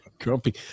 grumpy